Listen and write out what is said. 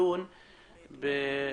תודה על קיום דיון חשוב זה.